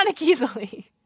easily